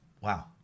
Wow